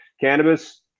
cannabis